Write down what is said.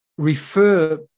refer